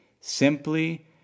simply